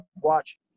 watch